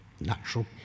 natural